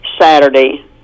Saturday